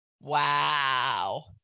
Wow